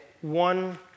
one